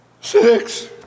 Six